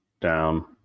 down